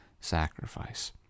sacrifice